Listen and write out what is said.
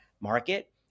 market